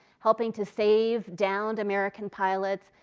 helping to save downed american pilots.